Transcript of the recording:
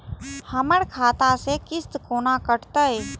हमर खाता से किस्त कोना कटतै?